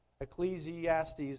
Ecclesiastes